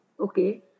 Okay